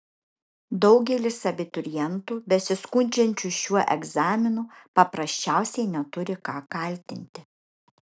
daugelis abiturientų besiskundžiančių šiuo egzaminu paprasčiausiai neturi ką kaltinti